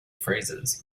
phrases